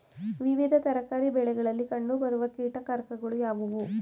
ವಿವಿಧ ತರಕಾರಿ ಬೆಳೆಗಳಲ್ಲಿ ಕಂಡು ಬರುವ ಕೀಟಕಾರಕಗಳು ಯಾವುವು?